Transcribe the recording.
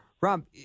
Rob